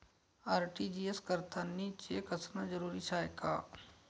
RTGS करतांनी cheque असनं जरुरीच हाय का?